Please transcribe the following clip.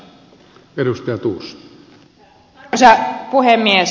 arvoisa puhemies